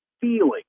feeling